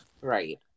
Right